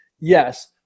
Yes